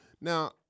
Now